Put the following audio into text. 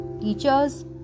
teachers